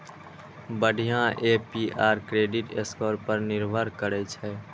बढ़िया APR credit score पर निर्भर करै छै